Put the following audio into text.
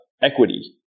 equity